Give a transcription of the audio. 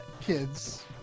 kids